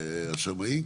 השמאים,